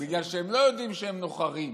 בגלל שהם לא יודעים שהם נוחרים,